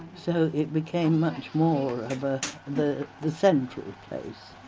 so, it became much more of a the the central place